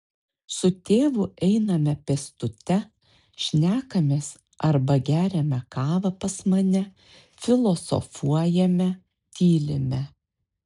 su tėvu einame pėstute šnekamės arba geriame kavą pas mane filosofuojame tylime